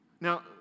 Now